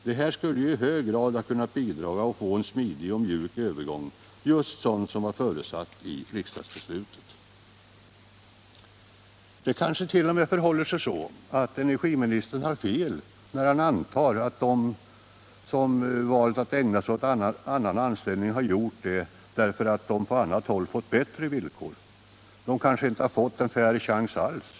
Det skulle ju i hög grad ha kunnat bidra till en mjuk och smidig övergång — just en sådan som var förutsatt i riksdagsbeslutet! Det kanske t.o.m. förhåller sig så, att energiministern har fel när han antar att de som valt att ägna sig åt annan anställning har gjort detta därför att de inte på annat håll fått bättre villkor — de kanske inte har fått någon fair chans alls!